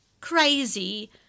crazy